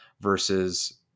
Versus